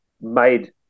made